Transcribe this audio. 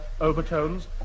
overtones